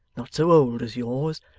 not so old as yours,